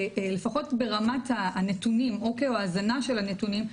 לפחות ברמת הנתונים או ההזנה של הנתונים,